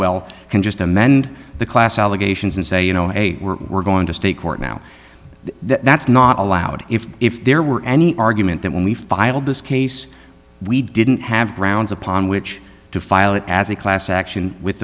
well can just amend the class allegations and say you know we're going to state court now that's not allowed if if there were any argument that when we filed this case we didn't have grounds upon which to file it as a class action with